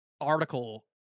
article